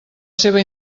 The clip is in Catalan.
seva